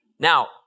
Now